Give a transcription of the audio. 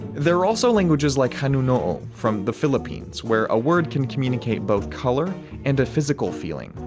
there are also languages like hanuno'o from the phillippines, where a word can communicate both color and physical feeling.